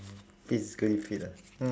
physically fit ah